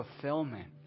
fulfillment